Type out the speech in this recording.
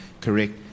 correct